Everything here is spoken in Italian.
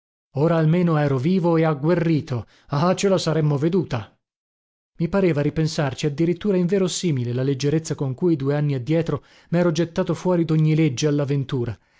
ora almeno ero vivo e agguerrito ah ce la saremmo veduta i pareva a ripensarci addirittura inverosimile la leggerezza con cui due anni addietro mero gettato fuori dogni legge